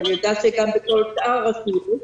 ואני יודעת שגם כל שאר הרשויות,